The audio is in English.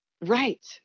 Right